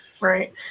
right